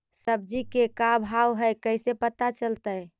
सब्जी के का भाव है कैसे पता चलतै?